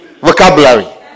vocabulary